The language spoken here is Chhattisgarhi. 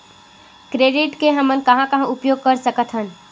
क्रेडिट के हमन कहां कहा उपयोग कर सकत हन?